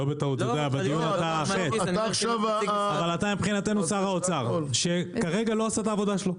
אבל אתה מבחינתנו שר האוצר שכרגע לא עושה את העבודה שלו.